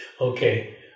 Okay